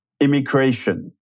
immigration